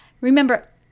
Remember